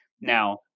Now